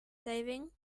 saving